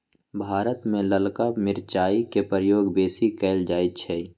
भारत में ललका मिरचाई के प्रयोग बेशी कएल जाइ छइ